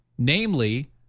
Namely